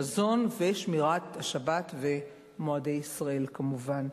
מזון ושמירת השבת ומועדי ישראל כמובן.